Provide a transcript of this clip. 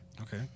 Okay